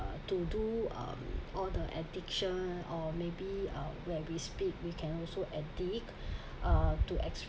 to do um all the edition or maybe um where we speak we can also edit uh to